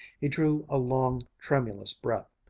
he drew a long, tremulous breath.